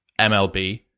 MLB